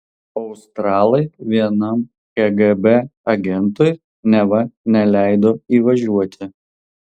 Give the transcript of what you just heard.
australai vienam kgb agentui neva neleido įvažiuoti